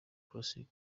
classic